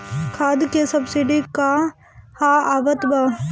खाद के सबसिडी क हा आवत बा?